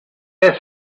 est